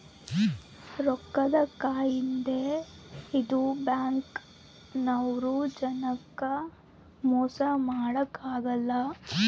ರೊಕ್ಕದ್ ಕಾಯಿದೆ ಇಂದ ಬ್ಯಾಂಕ್ ನವ್ರು ಜನಕ್ ಮೊಸ ಮಾಡಕ ಅಗಲ್ಲ